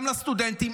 וגם לסטודנטים,